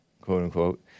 quote-unquote